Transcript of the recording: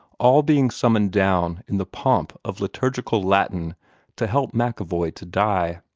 all being summoned down in the pomp of liturgical latin to help macevoy to die.